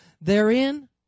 therein